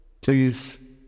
Please